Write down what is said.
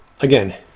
again